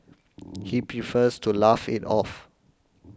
he prefers to laugh it off